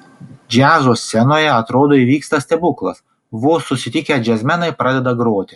džiazo scenoje atrodo įvyksta stebuklas vos susitikę džiazmenai pradeda groti